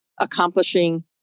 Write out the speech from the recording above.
accomplishing